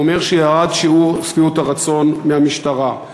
הוא אומר שירד שיעור שביעות הרצון מהמשטרה.